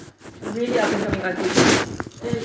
really up and coming artist and